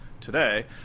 today